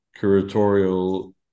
curatorial